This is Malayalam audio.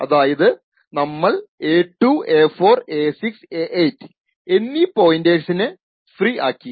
അതായത് നമ്മൾ a2 a4 a6 a8 എന്നീ പോയിന്റേഴ്സിനെ ഫ്രീ ആക്കി